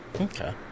Okay